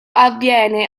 avviene